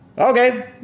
okay